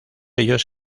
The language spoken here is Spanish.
ellos